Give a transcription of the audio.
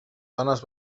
dones